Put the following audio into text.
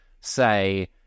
say